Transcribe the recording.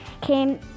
came